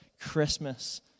Christmas